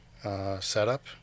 setup